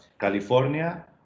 California